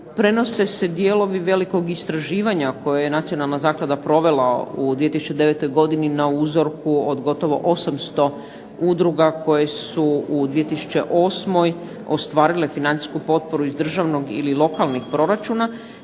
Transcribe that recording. prenose se dijelovi velikog istraživanja koje je nacionalna zaklada provela u 2009. godini na uzorku od gotovo 800 udruga koje su u 2008. ostvarile financijsku potporu iz državnog ili lokalnih proračuna,